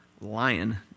lion